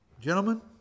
Gentlemen